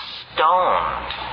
stoned